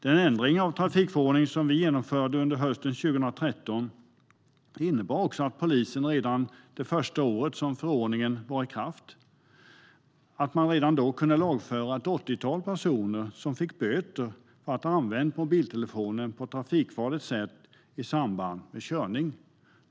Den ändring av trafikförordningen som vi genomförde under hösten 2013 innebar att polisen redan det första året som förordningen var i kraft kunde lagföra ett åttiotal personer som fick böter för att ha använt mobiltelefonen på ett trafikfarligt sätt i samband med körning.